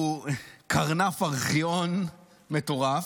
הוא קרנף ארכיון מטורף.